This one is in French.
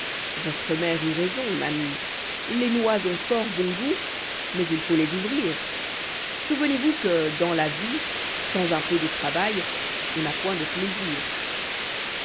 votre mère eut raison ma mie les noix ont fort bon goût mais il faut les ouvrir souvenez-vous que dans la vie sans un peu de travail on n'a point de plaisir